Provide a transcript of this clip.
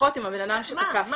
לשיחות עם הבן אדם שתקף אותי".